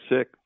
sick